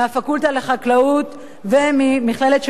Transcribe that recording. מהפקולטה לחקלאות וממכללת "שנקר",